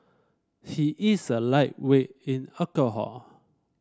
he is a lightweight in alcohol